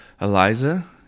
Eliza